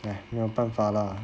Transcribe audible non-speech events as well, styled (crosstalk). (breath) 没有办法 lah